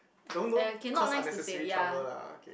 don't don't cause unnecessary trouble lah okay